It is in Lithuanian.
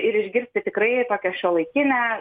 ir išgirsti tikrai kokią šiuolaikinę